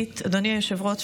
אדוני היושב-ראש,